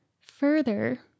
Further